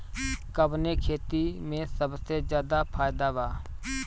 कवने खेती में सबसे ज्यादा फायदा बा?